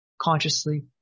consciously